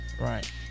Right